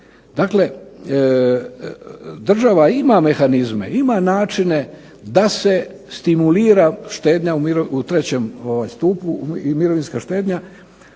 Dakle, država ima mehanizme, ima načine da se stimulira štednja u trećem stupu, mirovinska štednja.